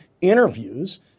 interviews